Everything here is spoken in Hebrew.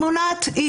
היא מונעת היא